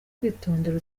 kwitondera